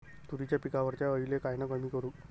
तुरीच्या पिकावरच्या अळीले कायनं कमी करू?